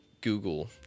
Google